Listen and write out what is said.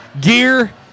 gear